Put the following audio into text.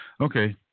Okay